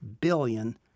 billion